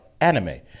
Anime